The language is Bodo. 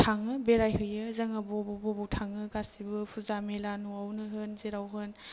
थाङो बेरायहैयो जोङो बबाव बबाव थाङो गासिबो फुजा मेला न'आवनो होन जेराव होन